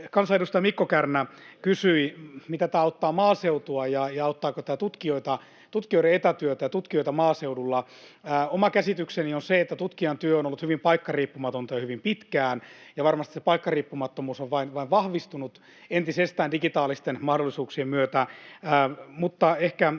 Kansanedustaja Mikko Kärnä kysyi, miten tämä auttaa maaseutua ja auttaako tämä tutkijoiden etätyötä ja tutkijoita maaseudulla. Oma käsitykseni on, että tutkijan työ on ollut hyvin paikkariippumatonta jo hyvin pitkään, ja varmasti se paikkariippumattomuus on vain vahvistunut entisestään digitaalisten mahdollisuuksien myötä.